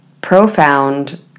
profound